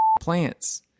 plants